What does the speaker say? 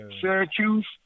Syracuse